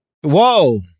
Whoa